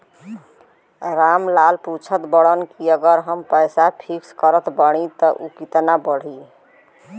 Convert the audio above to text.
राम लाल पूछत बड़न की अगर हम पैसा फिक्स करीला त ऊ कितना बड़ी?